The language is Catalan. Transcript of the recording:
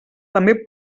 també